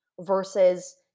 versus